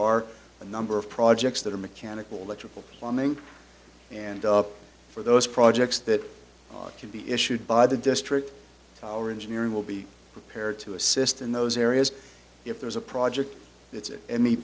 are a number of projects that are mechanical electrical plumbing and up for those projects that can be issued by the district our engineering will be prepared to assist in those areas if there's a project that's